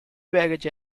baggage